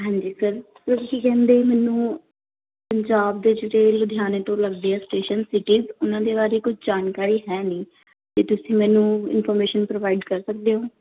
ਹਾਂਜੀ ਸਰ ਅਤੇ ਤੁਸੀਂ ਕਹਿੰਦੇ ਮੈਨੂੰ ਪੰਜਾਬ ਦੇ ਜਿਹੜੇ ਲੁਧਿਆਣੇ ਤੋਂ ਲੱਗਦੇ ਹੈ ਸਟੇਸ਼ਨ ਸਿਟੀਜ਼ ਉਹਨਾਂ ਦੇ ਬਾਰੇ ਕੁਝ ਜਾਣਕਾਰੀ ਹੈ ਨਹੀਂ ਕੀ ਤੁਸੀਂ ਮੈਨੂੰ ਇਨਫੋਰਮੇਸ਼ਨ ਪ੍ਰੋਵਾਈਡ ਕਰ ਸਕਦੇ ਹੋ